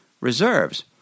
reserves